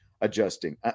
adjusting